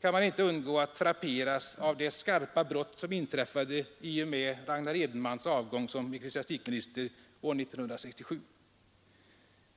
kan man inte undgå att frapperas av det skarpa brott som inträffade i och med Ragnar Edenmans avgång som ecklesiastikminister år 1967.